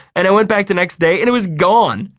and i went back the next day and it was gone.